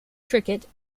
cricket